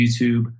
YouTube